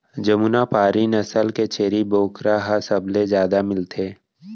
जमुना पारी नसल के छेरी बोकरा ह सबले जादा मिलथे